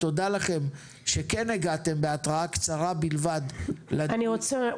תודה לכם שכן הגעתם בהתראה קצרה בלבד לדיון.